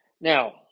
Now